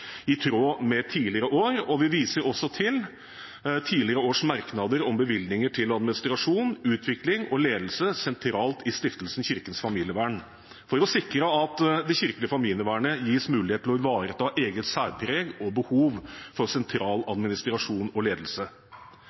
i tråd med tidligere år. Vi viser til tidligere års merknader om bevilgninger til administrasjon, utvikling og ledelse sentralt i Stiftelsen Kirkens Familievern for å sikre at det kirkelige familievernet gis mulighet til å ivareta eget særpreg og behov for sentral administrasjon og ledelse.